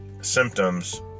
symptoms